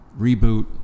reboot